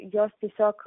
jos tiesiog